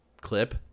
clip